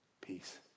peace